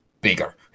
bigger